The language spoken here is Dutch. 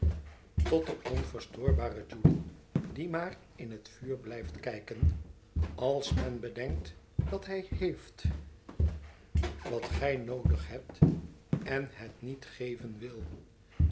tot de onverstoorbare judy die maar in het vuur blijft kijken als men bedenkt dat hij heeft wat gij noodig hebt en het niet geven wil